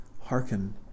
hearken